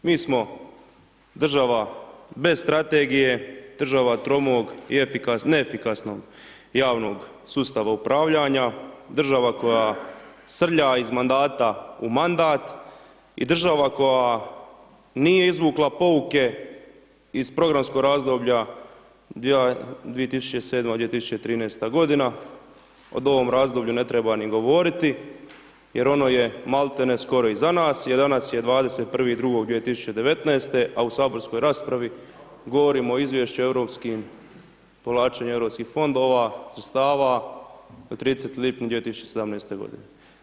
Mi smo država bez strategije, država tromog i efikasnog, neefikasnog javnog sustava upravljanja, država koja srlja iz mandata u mandat i država koja nije izvukla pouke iz programskog razdoblja dijela 2007.-2013. godina, od ovom razdoblju ne treba ni govoriti, jer ono je maltene skoro iza nas, jer danas je 21.02.2019., a u Saborskoj raspravi govorimo o Izvješću Europskim, povlačenju Europskih fondova, sredstava od 31. lipnja 2017. godine.